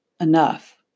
enough